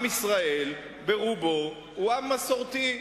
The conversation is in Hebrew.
עם ישראל ברובו הוא עם מסורתי,